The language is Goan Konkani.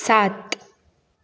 सात